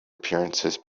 appearances